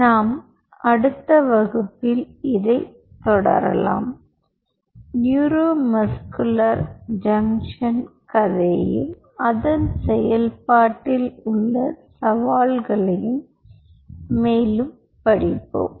எனவே அடுத்த வகுப்பில் தொடருவேன் நியூரோ மஸ்குலர் ஜங்ஷன் கதையையும் அதன் செயல்பாட்டில் உள்ள சவால்களையும் மேலும் படிப்போம்